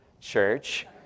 church